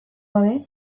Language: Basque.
gabe